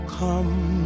come